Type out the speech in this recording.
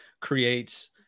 creates